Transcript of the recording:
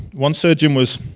one surgeon was